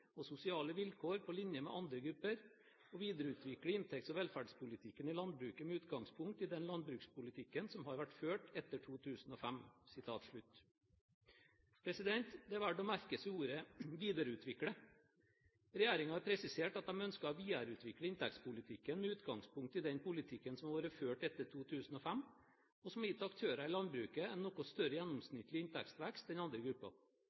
og sosiale vilkår på linje med andre grupper og videreutvikle inntekts- og velferdspolitikken i landbruket med utgangspunkt i den landbrukspolitikken som har vært ført etter 2005.» Det er verdt å merke seg ordet «videreutvikle». Regjeringen har presisert at de ønsker å videreutvikle inntektspolitikken med utgangspunkt i den politikken som har vært ført etter 2005, og som har gitt aktører i landbruket en noe større gjennomsnittlig inntektsvekst enn andre grupper